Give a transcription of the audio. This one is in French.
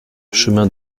chemin